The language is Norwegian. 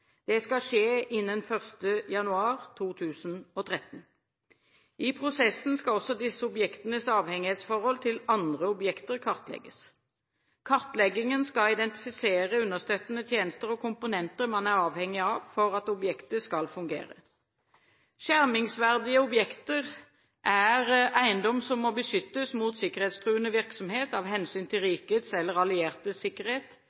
Det skal skje innen 1. januar 2013. I prosessen skal også disse objektenes avhengighetsforhold til andre objekter kartlegges. Kartleggingen skal identifisere understøttende tjenester og komponenter man er avhengig av for at objektet skal fungere. Skjermingsverdige objekter er ifølge sikkerhetsloven «eiendom som må beskyttes mot sikkerhetstruende virksomhet av hensyn til rikets eller alliertes sikkerhet